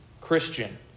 Christian